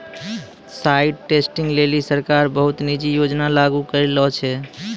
site testing लेलि सरकार बहुत सिनी योजना लागू करलें छै